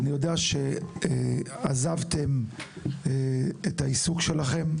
אני יודע שעזבתם את העיסוק שלכם,